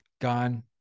gone